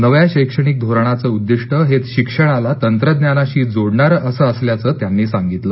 नव्या शैक्षणिक धोरणांच उद्दिष्ट हे शिक्षणाला तंत्रज्ञानाशी जोडणार अस असल्याचं त्यांनी सांगितल